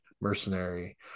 mercenary